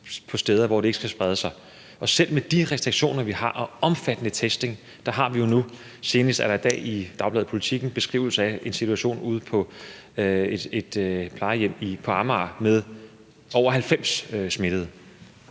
på steder, hvor den ikke skal sprede sig. Selv med de restriktioner, vi har, og omfattende testning har vi jo nu mange smittede. Senest i dag er der i dagbladet Politiken en beskrivelse af en situation ude på et plejehjem på Amager med over 90 smittede.